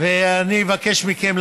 אבל אני ביקרתי בבית החולים כמה פעמים,